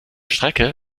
strecke